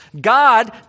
God